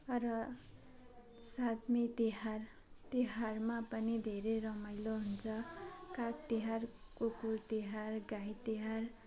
र साथमा तिहार तिहारमा पनि धेरै रमाइलो हुन्छ काग तिहार कुकुर तिहार गाई तिहार